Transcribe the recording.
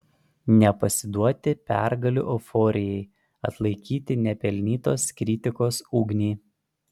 nepasiduoti pergalių euforijai atlaikyti nepelnytos kritikos ugnį